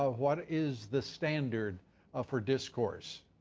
what is the standard for discourse?